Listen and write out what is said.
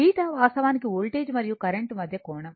θ వాస్తవానికి వోల్టేజ్ మరియు కరెంట్ మధ్య కోణం